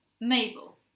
Mabel